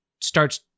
starts